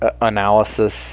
analysis